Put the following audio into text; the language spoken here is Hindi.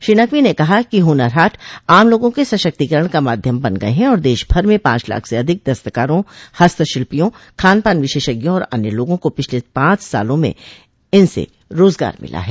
श्री नकवी ने कहा कि हुनर हाट आम लोगों के सशक्तीकरण का माध्यम बन गये हैं और देश भर में पांच लाख से अधिक दस्तकारों हस्तशिल्पियों खानपान विशेषज्ञों और अन्य लोगों को पिछले पांच सालों में इनसे रोजगार मिला है